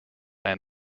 and